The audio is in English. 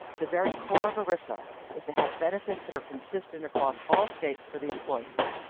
the very core of erisa is to have benefits that are consistent across all states for the employees.